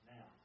Now